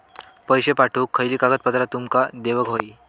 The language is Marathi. पैशे पाठवुक खयली कागदपत्रा तुमका देऊक व्हयी?